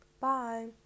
bye